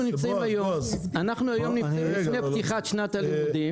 אנחנו נמצאים היום לפני פתיחת שנת הלימודים